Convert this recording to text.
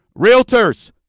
Realtors